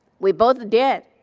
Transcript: we both did.